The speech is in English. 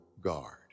guard